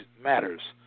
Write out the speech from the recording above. matters